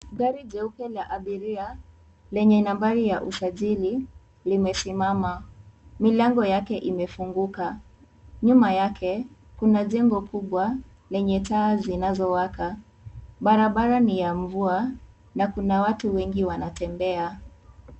Gari jeupe la abiria lenye nambari ya usajili limesimama. Milango yake imefunguka. Nyuma yake kuna jengo kubwa lenye taa zinazowaka. Barabara ni ya mvua na kuna watu wengi wanatembea.